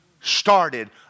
started